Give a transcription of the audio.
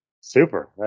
Super